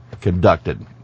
conducted